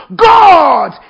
god